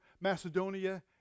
Macedonia